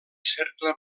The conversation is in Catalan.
cercle